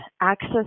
access